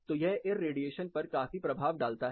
तो यह इरेडीएशन पर काफी प्रभाव डालता है